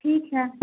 ٹھیک ہے